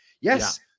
yes